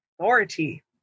authority